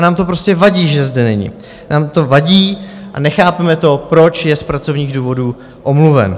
Nám to prostě vadí, že zde není, nám to vadí a nechápeme to, proč je z pracovních důvodů omluven.